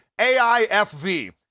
aifv